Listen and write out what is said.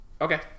Okay